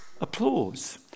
applause